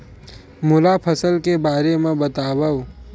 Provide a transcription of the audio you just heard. मोला फसल के बारे म बतावव?